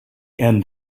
end